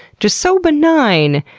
just so benign!